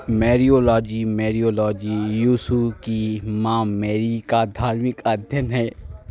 Mariology Mariology यूशु की माँ मैरी का धार्मिक अध्ययन है